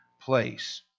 place